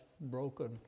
broken